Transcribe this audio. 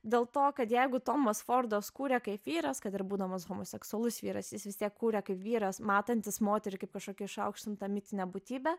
dėl to kad jeigu tomas fordas kūrė kaip vyras kad ir būdamas homoseksualus vyras jis vis tiek kūrė kaip vyras matantis moterį kaip kažkokį išaukštintą mitinę būtybę